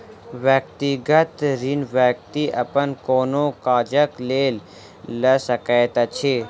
व्यक्तिगत ऋण व्यक्ति अपन कोनो काजक लेल लऽ सकैत अछि